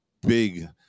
big